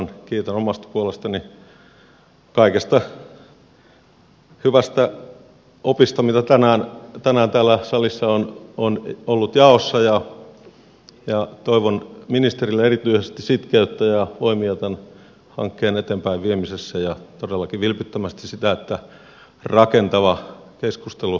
kiitän omasta puolestani kaikesta hyvästä opista mitä tänään täällä salissa on ollut jaossa ja toivon ministerille erityisesti sitkeyttä ja voimia tämän hankkeen eteenpäin viemisessä ja todellakin vilpittömästi sitä että rakentava keskustelu aiheesta jatkuu